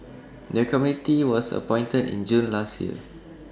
the committee was appointed in June last year